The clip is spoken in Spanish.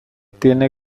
tiene